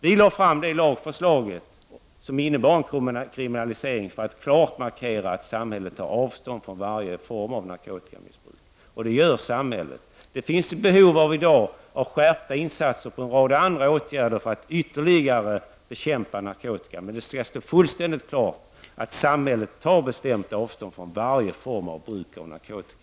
Vi lade fram det lagförslag som innebär en kriminalisering, för att klart markera att samhället tar avstånd från varje form av narkotikamissbruk — det gör samhället. Det finns i dag behov av skärpta insatser och en rad andra åtgärder för att ytterligare bekämpa narkotikan, men det skall stå fullständigt klart att samhället tar bestämt avstånd från varje form av bruk av narkotika.